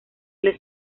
les